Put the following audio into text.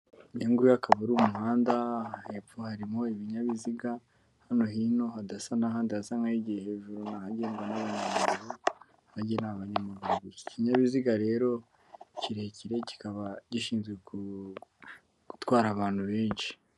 Uyu nguyu akaba ari umuhanda, hepfo harimo ibinyabiziga, hano hino hadasa n'ahandi hasa n'ahegeye hejuru hagengwa n'abantu, hagenewe abanyamagurugusa, ikinyabiziga rero kirekire kikaba gishinzwe gutwara abantu benshi